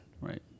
Right